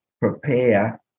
prepare